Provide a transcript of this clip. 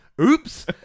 oops